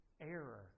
error